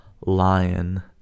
lion